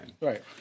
Right